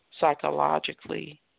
psychologically